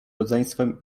rodzeństwem